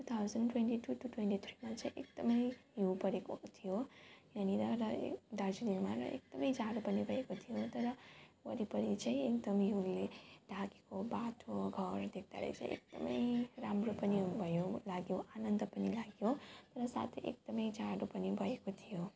to thousand twenty two two twenty थ्रिमा चाहिँ हिउँ परेको थियो यहाँनेर र दार्जिलिङमा र एकदम जाडो पनि भएको थियो तर वरिपरि चाहिँ एकदम हिउँले ढाकेको बाटो घर देख्दा चाहिँ एकदम राम्रो पनि भयो लाग्यो आनन्द पनि लाग्यो र साथै एकदम जाडो पनि भएको थियो